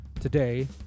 Today